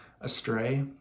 astray